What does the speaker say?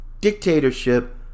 dictatorship